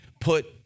put